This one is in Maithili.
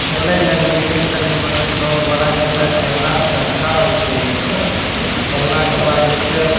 खेलै लगलिए तनिमनि दौड़बड़हा कएला खेललासे अच्छा होइ छै लोकके खेललाके बाद जे छै